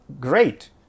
great